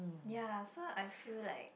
ya so I feel like